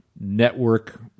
network